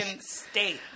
state